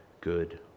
good